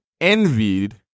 envied